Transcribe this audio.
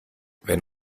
wenn